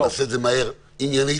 נעשה את זה מהר, עניינית.